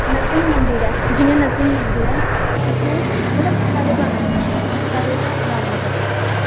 नरसिंह मंदिर ऐ जियां नरसिंह मंदिर ऐ उत्थें मतलब जाना माना मंदर ऐ साढ़े रामनगर दा